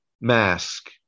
mask